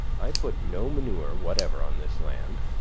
i put no manure whatever on this land,